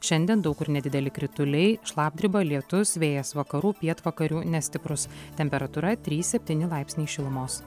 šiandien daug kur nedideli krituliai šlapdriba lietus vėjas vakarų pietvakarių nestiprus temperatūra trys septyni laipsniai šilumos